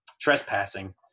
trespassing